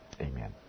Amen